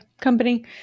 company